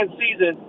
season